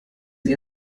sie